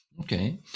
Okay